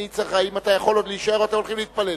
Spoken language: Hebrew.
האם אתה יכול עוד להישאר או שאתם הולכים להתפלל?